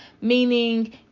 meaning